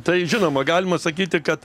tai žinoma galima sakyti kad